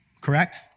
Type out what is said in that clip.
correct